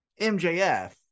MJF